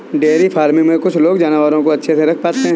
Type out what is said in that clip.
dairy farming में कुछ लोग जानवरों को अच्छे से नहीं रख पाते